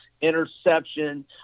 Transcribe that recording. interception